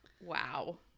Wow